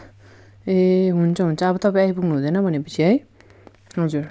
ए हुन्छ हुन्छ अब तपाईँ आइपुग्नु हुँदैन भनेपछि है हजुर